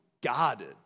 guarded